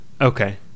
Okay